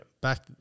Back